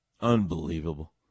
unbelievable